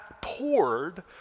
poured